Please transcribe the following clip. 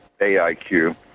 AIQ